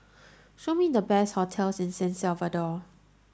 show me the best hotels in San Salvador